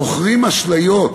מוכרים אשליות